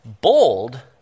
bold